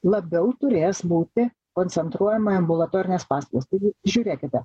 labiau turės būti koncentruojama į ambulatorines paslaugas taigi žiūrėkite